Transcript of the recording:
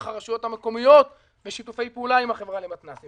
הרשויות המקומיות בשיתופי פעולה עם החברה למתנסים.